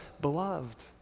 beloved